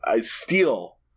steal